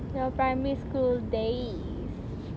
your primary school days